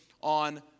on